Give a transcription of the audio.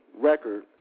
record